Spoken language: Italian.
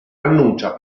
annuncia